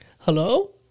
Hello